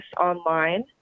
online